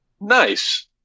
nice